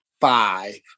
five